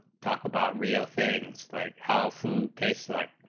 talk about real things like how food tastes like